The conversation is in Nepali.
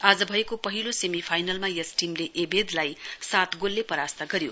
आज भएको पहिलो सेमीफाइनलमा यस टीमले एवेदलाई सात गोलले परास्त गर्यो